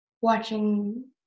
watching